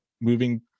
moving